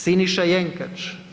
Siniša Jenkač.